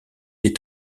des